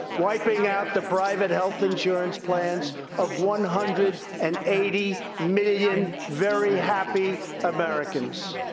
wiping out the private health insurance plans of one hundred and eighty million very happy americans.